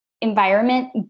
Environment